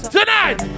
Tonight